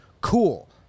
Cool